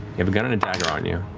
have a gun and a dagger on you.